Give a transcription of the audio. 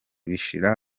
bishira